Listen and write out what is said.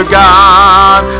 god